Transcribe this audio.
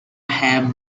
have